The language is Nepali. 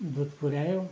दुध पुऱ्यायो